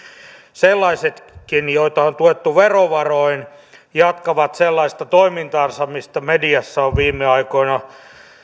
sellaisetkin joita on tuettu verovaroin jatkavat sellaista toimintaansa mistä mediassa on viime aikoina